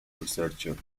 researchers